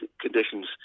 conditions